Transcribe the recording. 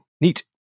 Neat